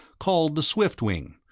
called the swiftwing,